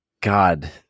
God